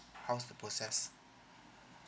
how is the process